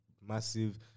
massive